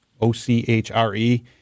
O-C-H-R-E